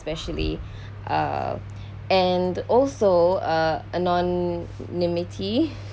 especially uh and also uh anonymity